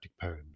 poems